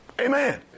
Amen